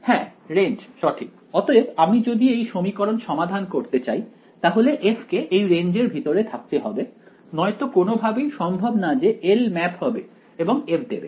হ্যাঁ রেঞ্জ সঠিক অতএব আমি যদি এই সমীকরণ সমাধান করতে চাই তাহলে f কে এই রেঞ্জের ভিতরে থাকতে হবে নয়তো কোনও ভাবেই সম্ভব না যে L ম্যাপ হবে এবং আমাকে f দেবে